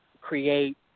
create